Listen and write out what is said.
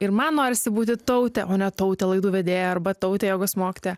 ir man norisi būti taute o ne taute laidų vedėja arba taute jogos mokytoja